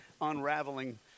unraveling